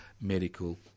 medical